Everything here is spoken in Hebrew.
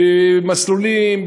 מסלולים,